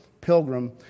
Pilgrim